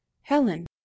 Helen